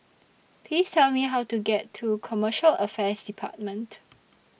Please Tell Me How to get to Commercial Affairs department